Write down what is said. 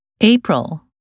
April